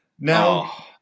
Now